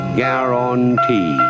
guarantee